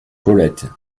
colette